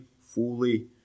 fully